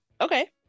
okay